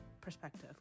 perspective